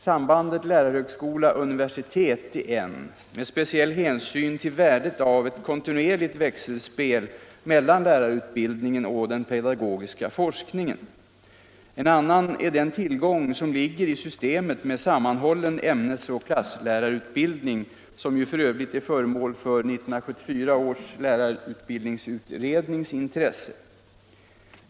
Sambandet lärarhögskola-universitet är en, med speciell hänsyn till värdet av ett kontinuerligt växelspel mellan lärarutbildningen och den pedagogiska forskningen. En annan är den tillgång som ligger i systemet med sammanhållen ämnesoch klasslärarutbildning, som är föremål för 1974 års lärarutbildningsutrednings intresse.